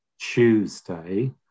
Tuesday